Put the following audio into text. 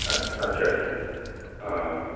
আচ্ছা আচ্ছা অঁ